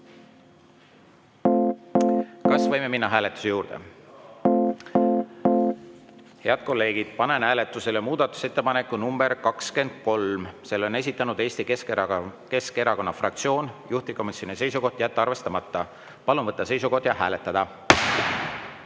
Kas võime minna hääletuse juurde? (Saal on nõus.)Head kolleegid, panen hääletusele muudatusettepaneku nr 23. Selle on esitanud Eesti Keskerakonna fraktsioon, juhtivkomisjoni seisukoht: jätta arvestamata. Palun võtta seisukoht ja hääletada!